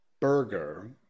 burger